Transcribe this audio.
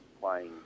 playing